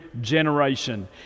generation